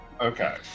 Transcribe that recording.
Okay